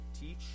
teach